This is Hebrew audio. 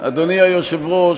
אדוני היושב-ראש,